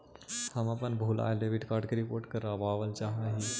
हम अपन भूलायल डेबिट कार्ड के रिपोर्ट करावल चाह ही